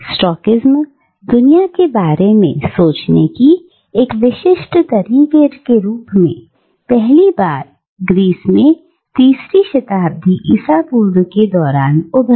stoicism दुनिया के बारे में सोचने के एक विशिष्ट तरीके के रूप में पहली बार ग्रीस में तीसरी शताब्दी ईसापूर्व के दौरान उभरा